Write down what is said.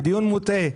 זה דיון מוטעה.